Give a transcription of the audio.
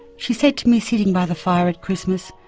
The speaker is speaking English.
she said to me sitting by the fire at christmas,